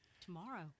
tomorrow